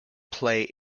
play